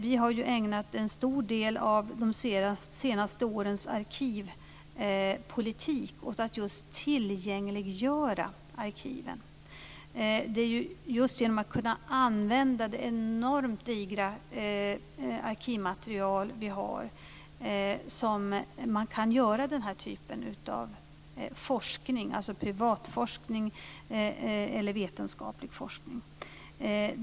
Vi har ju ägnat en stor del av de senaste årens arkivpolitik åt att just göra arkiven tillgängliga. Det är genom att använda det enormt digra arkivmaterial som vi har som man kan göra den här typen av forskning, dvs. privatforskning eller vetenskaplig forskning.